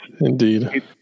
indeed